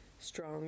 strong